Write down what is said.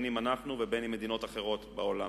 אם אנחנו ואם מדינות אחרות בעולם.